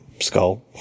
skull